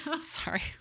Sorry